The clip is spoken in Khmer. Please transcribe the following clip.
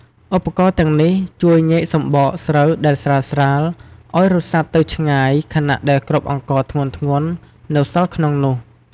ឧបករណ៍ទាំងនេះជួយញែកសម្បកស្រូវដែលស្រាលៗឱ្យរសាត់ទៅឆ្ងាយ ខណៈដែលគ្រាប់អង្ករធ្ងន់ៗនៅសល់ក្នុងនោះ។